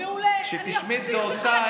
כשתשמעי את דעותיי,